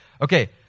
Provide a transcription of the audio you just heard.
Okay